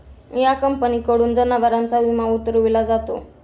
या कंपनीकडून जनावरांचा विमा उतरविला जातो